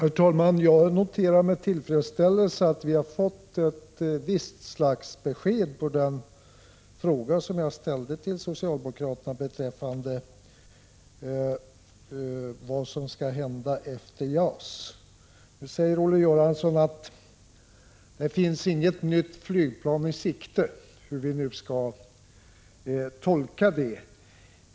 Herr talman! Jag konstaterar med tillfredsställelse att vi har fått ett slags besked med anledning av den fråga som jag ställde till socialdemokraterna beträffande vad som skall hända efter JAS. Olle Göransson sade att det inte finns något nytt flygplan i sikte. Hur skall vi tolka det?